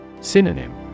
Synonym